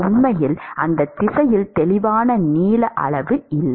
உண்மையில் அந்த திசையில் தெளிவான நீள அளவு இல்லை